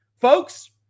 Folks